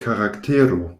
karaktero